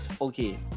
okay